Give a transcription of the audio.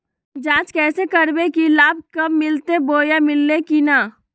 हम जांच कैसे करबे की लाभ कब मिलते बोया मिल्ले की न?